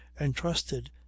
entrusted